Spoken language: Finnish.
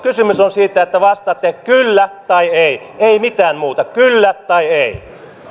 kyse on siitä että vastaatte kyllä tai ei ei mitään muuta kyllä tai ei